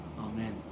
Amen